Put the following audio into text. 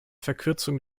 verkürzung